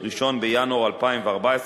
1 בינואר 2014,